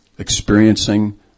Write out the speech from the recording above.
Experiencing